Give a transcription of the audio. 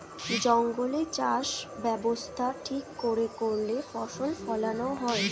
জঙ্গলে চাষ ব্যবস্থা ঠিক করে করলে ফসল ফোলানো হয়